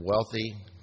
wealthy